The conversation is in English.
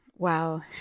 Wow